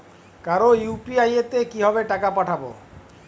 কারো ইউ.পি.আই তে কিভাবে টাকা পাঠাবো?